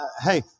Hey